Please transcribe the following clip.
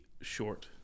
short